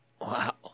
Wow